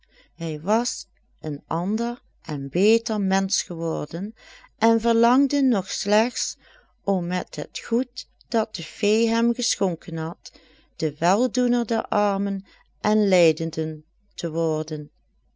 hij was een ander en beter mensch geworden en verlangde nog slechts om met het goed dat de fee hem geschonken had de weldoener der armen en lijdenden te worden